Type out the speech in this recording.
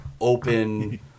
open